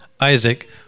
Isaac